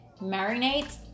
marinate